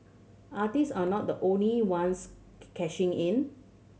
artist are not the only ones cashing in